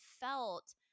felt